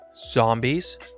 zombies